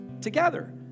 together